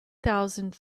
thousand